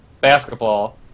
basketball